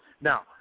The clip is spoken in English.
Now